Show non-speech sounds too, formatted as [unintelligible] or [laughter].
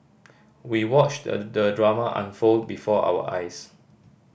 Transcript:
we watched [unintelligible] the drama unfold before our eyes